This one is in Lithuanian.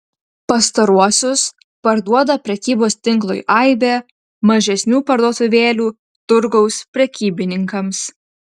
pastaruosius parduoda prekybos tinklui aibė mažesnių parduotuvėlių turgaus prekybininkams